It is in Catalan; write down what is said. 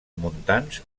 montans